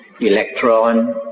electron